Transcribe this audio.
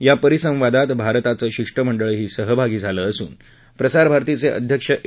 या परिसंवादात भारताचं शिष्टमंडळही सहभागी झालं असून प्रसार भारतीचे अध्यक्ष ए